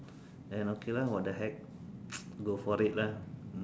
then okay lah what the heck go for it lah